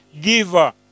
giver